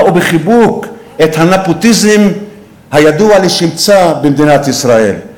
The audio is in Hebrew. ובחיבוק את הנפוטיזם הידוע לשמצה במדינת ישראל.